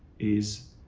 is